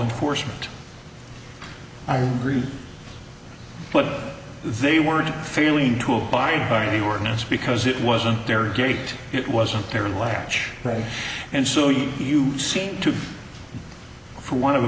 unfortunate i'm sorry but they weren't failing to abide by any ordinance because it wasn't their gate it wasn't their latch right and so you you seem to be for want of a